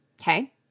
Okay